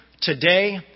today